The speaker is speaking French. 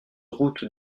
route